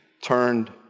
turned